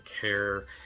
care